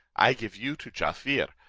i give you to jaaffier,